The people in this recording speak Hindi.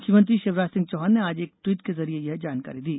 मुख्यमंत्री शिवराज सिंह चौहान ने आज एक ट्वीट के जरिए यह जानकारी दी